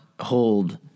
hold